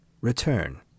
Return